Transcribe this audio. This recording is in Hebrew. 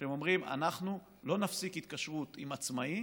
והם אומרים: אנחנו לא נפסיק התקשרות עם עצמאי